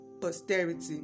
Posterity